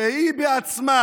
שהיא בעצמה